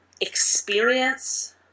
experience